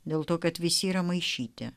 dėl to kad visi yra maišyti